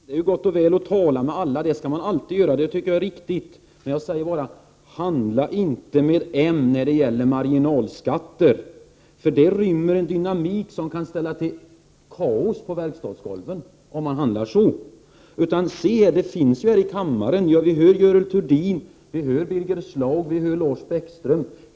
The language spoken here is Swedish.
Herr talman! Det är ju gott och väl att tala med alla — det skall man alltid göra, det tycker jag är riktigt. Men jag säger bara: Tala inte med moderaterna när det gäller marginalskatter, för det innebär en dynamik som kan ställa till kaos på verkstadsgolven om man handlar så! Det finns ju samtalspartner här i kammaren — Görel Thurdin, Birger Schlaug och Lars Bäckström.